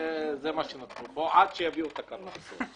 זה מה שכתוב פה עד שיגיעו תקנות.